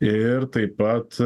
ir taip pat